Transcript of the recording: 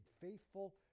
Faithful